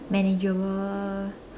manageable